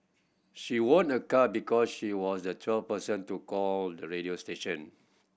she won a car because she was the twelfth person to call the radio station